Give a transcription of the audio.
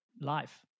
life